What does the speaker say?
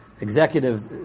executive